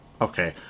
Okay